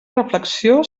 reflexió